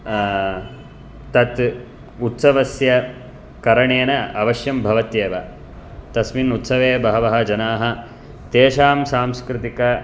तत् उत्सवस्य करणेन अवश्यं भवत्येव तस्मिन् उत्सवे बहवः जनाः तेषां सांस्कृतिक